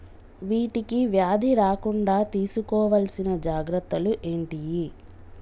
వీటికి వ్యాధి రాకుండా తీసుకోవాల్సిన జాగ్రత్తలు ఏంటియి?